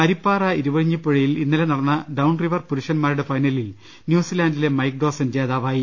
അരിപ്പാറ ഇരുവഴിഞ്ഞിപ്പുഴയിൽ ഇന്നലെ നടന്ന ഡൌൺറിവർ പുരുഷന്മാരുടെ ഫൈനലിൽ ന്യൂസിലാന്റിലെ മൈക്ക് ഡോസൻ ജേതാവായി